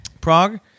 Prague